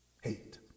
hate